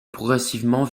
progressivement